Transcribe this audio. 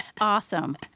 awesome